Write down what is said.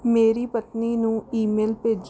ਮੇਰੀ ਪਤਨੀ ਨੂੰ ਈਮੇਲ ਭੇਜੋ